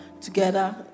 together